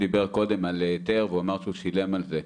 דיבר קודם על היתר והוא אמר שהוא שילם על זה,